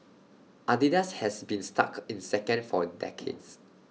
Adidas has been stuck in second for decades